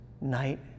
night